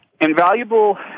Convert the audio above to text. Invaluable